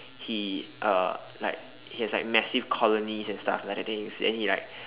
he uh like he has like massive colonies and stuff like that then he then he like